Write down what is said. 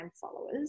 followers